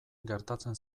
gertatzen